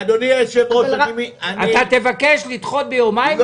אתה תבקש לדחות ביומיים?